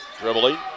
Dribbling